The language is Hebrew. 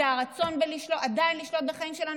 זה הרצון עדיין לשלוט בחיים של אנשים,